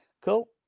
Cool